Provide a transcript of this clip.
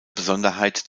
besonderheit